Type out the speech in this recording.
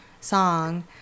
song